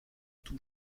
tout